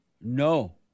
No